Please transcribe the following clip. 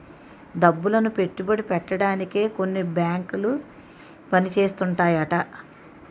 డబ్బులను పెట్టుబడి పెట్టడానికే కొన్ని బేంకులు పని చేస్తుంటాయట